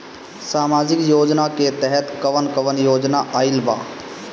सामाजिक योजना के तहत कवन कवन योजना आइल बा?